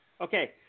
Okay